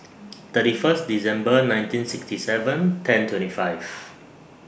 thirty First December nineteen sixty seven ten twenty five